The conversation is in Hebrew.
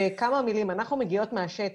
בכמה מילים, אנחנו מגיעות מהשטח.